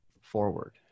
forward